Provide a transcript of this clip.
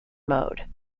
mode